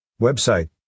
Website